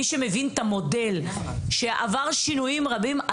מי שמבין את המודל שעבר שינויים רבים,